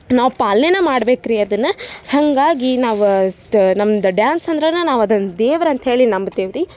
ನಾವು ಪಾಲನೇನ ಮಾಡ್ಬೇಕು ರಿ ಅದನ್ನು ಹಾಗಾಗಿ ನಾವು ತ ನಮ್ದು ಡ್ಯಾನ್ಸ್ ಅಂದ್ರೇನ ನಾವದನ್ನು ದೇವ್ರಂತ ಹೇಳಿ ನಂಬ್ತೇವೆ ರಿ